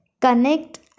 connect